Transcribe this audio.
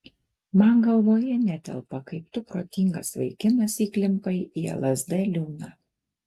man galvoje netelpa kaip tu protingas vaikinas įklimpai į lsd liūną